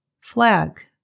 FLAG